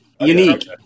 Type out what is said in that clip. Unique